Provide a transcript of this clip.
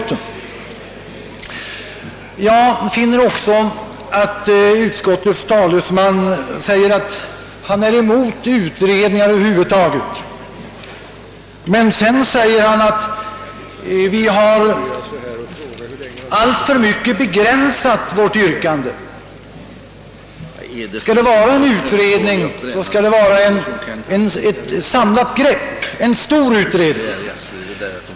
Jag finner också att utskottets talesman säger att han är emot utredningar över huvud taget, men sedan säger han att vi har alltför mycket begränsat vårt yrkande. Skall det vara en utredning så skall det vara ett samlat grepp — en stor utredning.